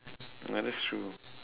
ya that's true